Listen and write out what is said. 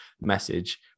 message